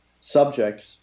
subjects